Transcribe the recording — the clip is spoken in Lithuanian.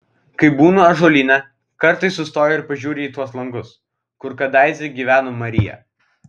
kai būnu ąžuolyne kartais sustoju ir pažiūriu į tuos langus kur kadaise gyveno marija